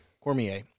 Cormier